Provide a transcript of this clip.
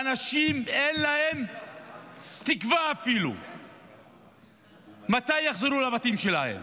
לאנשים אין אפילו תקווה מתי הם יחזרו לבתים שלהם.